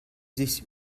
sich